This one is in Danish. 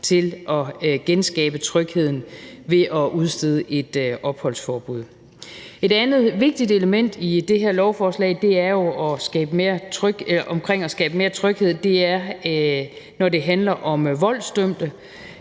til at genskabe trygheden ved at udstede et opholdsforbud. Et andet vigtigt element i det her lovforslag om at skabe mere tryghed er, når det handler om voldsdømte,